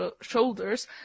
shoulders